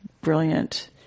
brilliant